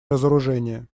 разоружение